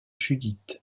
judith